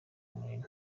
munini